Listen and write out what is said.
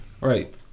Right